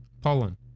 pollen